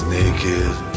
naked